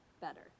better